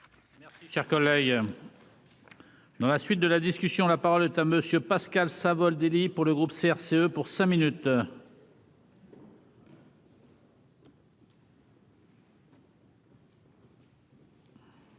Chers. Dans la suite de la discussion, la parole est à monsieur Pascal Savoldelli pour le groupe CRCE pour cinq minutes.